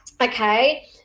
okay